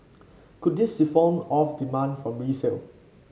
could this siphon off demand from resale